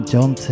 John